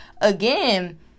again